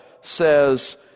says